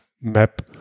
map